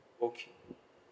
okay